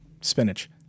Spinach